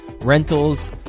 rentals